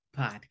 podcast